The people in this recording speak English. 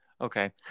okay